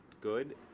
good